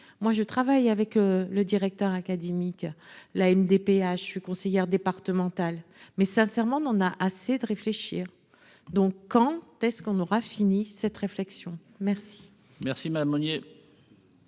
moi je travaille avec le directeur académique la MDPH je suis conseillère départementale mais sincèrement, on en a assez de réfléchir, donc quand est-ce qu'on aura fini cette réflexion merci. Merci madame Meunier.